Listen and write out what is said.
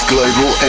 Global